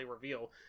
reveal